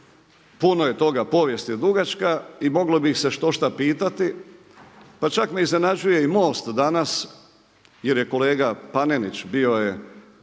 puno je toga, povijest je dugačka i moglo bi ih se štošta pitati. Pa čak me iznenađuje i MOST danas jer je kolega Panenić bio je,